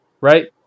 right